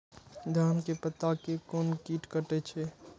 धान के पत्ता के कोन कीट कटे छे?